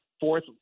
fourth